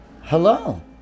Hello